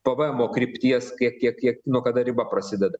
pvmo krypties kiek kiek kiek nuo kada riba prasideda